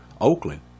Oakland